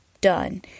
Done